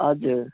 हजुर